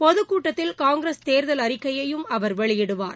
பொதுக்கூட்டத்தில் காங்கிரஸ் தேர்தல் அறிக்கையையும் அவர் வெளியிடுவார்